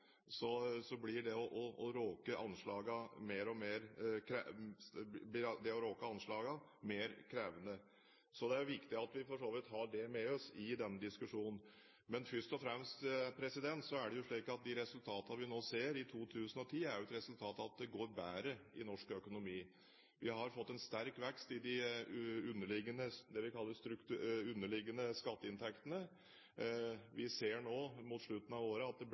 blir det å råke anslagene mer krevende. Så det er for så vidt viktig at vi har det med oss i denne diskusjonen. Men først og fremst er det slik at de resultatene vi nå ser, i 2010, er et resultat av at det går bedre i norsk økonomi. Vi har fått en sterk vekst i de underliggende skatteinntektene. Vi ser nå, mot slutten av året, at det